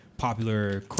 popular